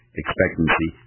expectancy